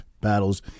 battles